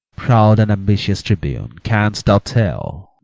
proud and ambitious tribune, canst thou tell?